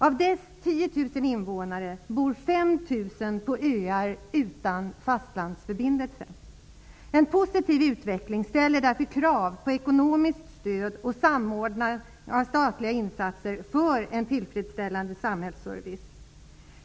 Av skärgårdens 10 000 invånare bor 5 000 på öar utan fastlandsförbindelse. En positiv utveckling ställer därför krav på ekonomiskt stöd och samordnande av statliga insatser för en tillfredsställande samhällsservice.